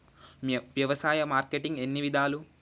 వ్యవసాయ మార్కెటింగ్ ఎన్ని విధాలు?